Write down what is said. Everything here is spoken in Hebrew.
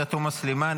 עאידה תומא סלימאן,